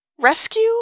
Rescue